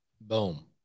Boom